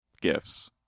gifts